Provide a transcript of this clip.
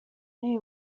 نمی